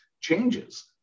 changes